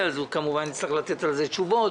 פה הוא כמובן יצטרך לענות על זה תשובות